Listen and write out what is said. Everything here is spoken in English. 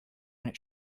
then